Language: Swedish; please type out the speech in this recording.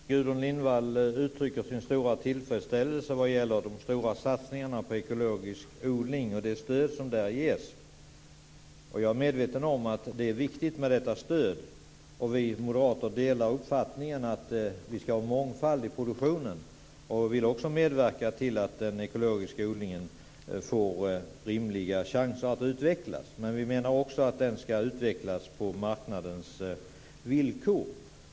Fru talman! Gudrun Lindvall uttrycker sin stora tillfredsställelse över de stora satsningarna på ekologisk odling och det stöd som där ges. Jag är medveten om att detta stöd är viktigt. Vi moderater delar uppfattningen att vi ska ha mångfald i produktionen. Vi vill också medverka till att den ekologiska odlingen får rimliga chanser att utvecklas. Men vi menar också att den ska utvecklas på marknadens villkor.